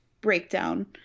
breakdown